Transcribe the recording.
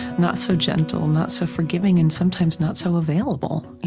not so gentle, not so forgiving, and sometimes, not so available.